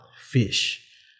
fish